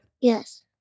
Yes